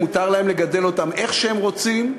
מותר להם לגדל אותם איך שהם רוצים,